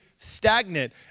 stagnant